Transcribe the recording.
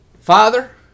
Father